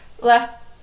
left